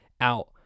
out